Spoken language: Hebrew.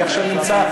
אני עכשיו נמצא,